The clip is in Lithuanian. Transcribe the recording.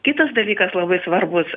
kitas dalykas labai svarbus